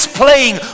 playing